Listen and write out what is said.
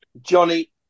Johnny